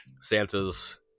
Santa's